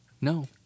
No